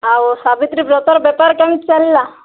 ଆଉ ସାବିତ୍ରୀ ବ୍ରତର ବେପାର କେମିତି ଚାଲିଲା